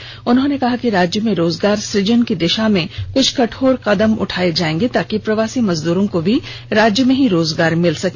मुख्यमंत्री ने कहा है कि राज्य में रोजगार सुजन की दिशा में कुछ कठोर कदम उठाए जाएं ताकि प्रवासी मजदूरों को भी राज्य में ही रोजगार मिल सके